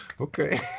okay